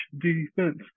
Defense